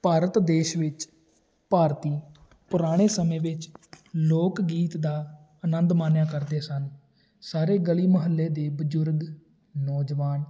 ਭਾਰਤ ਦੇਸ਼ ਵਿੱਚ ਭਾਰਤੀ ਪੁਰਾਣੇ ਸਮੇਂ ਵਿੱਚ ਲੋਕ ਗੀਤ ਦਾ ਆਨੰਦ ਮਾਣਿਆ ਕਰਦੇ ਸਨ ਸਾਰੇ ਗਲੀ ਮਹੱਲੇ ਦੇ ਬਜ਼ੁਰਗ ਨੌਜਵਾਨ